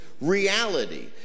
reality